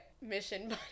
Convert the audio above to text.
mission